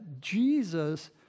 Jesus